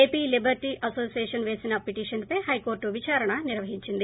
AP liberty association వేసిన పిటిషన్పై హైకోర్లు విదారణ నిర్వహించింది